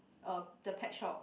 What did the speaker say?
uh the pet shop